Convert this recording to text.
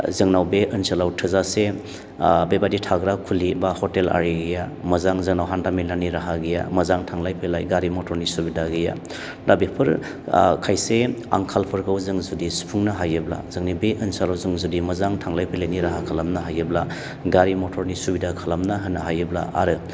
जोंनाव बे ओनसोलाव थोजासे ओ बेबायदि थाग्रा खुलि बा हटेलआरिया मोजां जोंनाव हान्था मेलानि राहा गैया मोजां थांलाय फैलाय गारि मथरनि सुबिदा गैया दा बेफोरो ओ खायसे आंखालफोरखौ जों जुदि सुफुंनो हायोब्ला जोंनि बे ओनसोलाव जों जुदि मोजां थांलाय फैलायनि राहा खालामनो हायोब्ला गारि मथरनि सुबिदा खालामना होनो हायोब्ला आरो